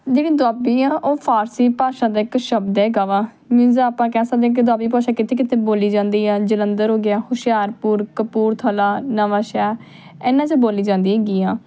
ਜਿਹੜੀ ਦੁਆਬੀ ਆ ਉਹ ਫਾਰਸੀ ਭਾਸ਼ਾ ਦਾ ਇੱਕ ਸ਼ਬਦ ਹੈਗਾ ਵਾ ਮੀਨਜ ਆਪਾਂ ਕਹਿ ਸਕਦੇ ਹਾਂ ਕਿ ਦੁਆਬੀ ਭਾਸ਼ਾ ਕਿੱਥੇ ਕਿੱਥੇ ਬੋਲੀ ਜਾਂਦੀ ਆ ਜਲੰਧਰ ਹੋ ਗਿਆ ਹੁਸ਼ਿਆਰਪੁਰ ਕਪੂਰਥਲਾ ਨਵਾਂਸ਼ਹਿਰ ਇਹਨਾਂ 'ਚ ਬੋਲੀ ਜਾਂਦੀ ਹੈਗੀ ਆ